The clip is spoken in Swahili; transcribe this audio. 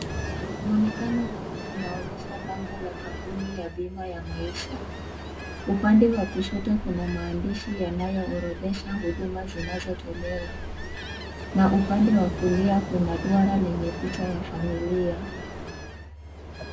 Muonekano huu unaonyesha bango la kampuni ya bima ya maisha, upande wa kushoto kuna maandishi yanayo orodhesha huduma zinazotolewa na upande wa kulia kuna duara lenye picha ya familia.